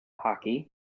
hockey